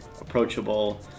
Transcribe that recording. approachable